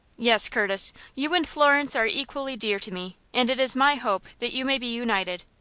yes, curtis you and florence are equally dear to me, and it is my hope that you may be united.